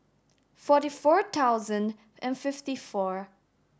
forty four thousand and fifty four